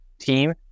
Team